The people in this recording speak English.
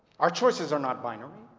our choices are not binary.